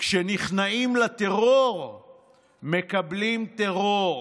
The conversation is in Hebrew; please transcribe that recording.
כשנכנעים לטרור מקבלים טרור.